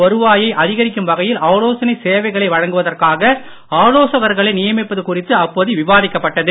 வருவாயை அதிகரிக்கும் வகையில் ஆலோசனை சேவைகளை வழங்குவதற்காக ஆலோசகர்களை நியமிப்பது குறித்து அப்போது விவாதிக்கப்பட்டது